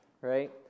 right